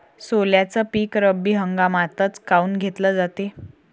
सोल्याचं पीक रब्बी हंगामातच काऊन घेतलं जाते?